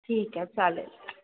ठीक आहे चालेल